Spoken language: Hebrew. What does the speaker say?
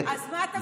אז מה אתה מצפה?